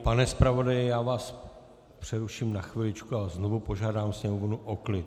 Pane zpravodaji, já vás přeruším na chviličku a znovu požádám sněmovnu o klid.